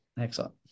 Excellent